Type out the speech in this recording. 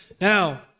Now